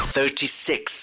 Thirty-six